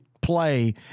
play